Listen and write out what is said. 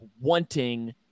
wanting